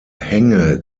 hänge